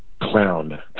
clown